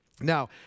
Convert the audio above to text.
Now